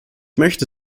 möchte